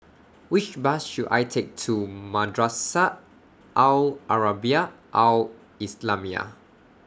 Which Bus should I Take to Madrasah Al Arabiah Al Islamiah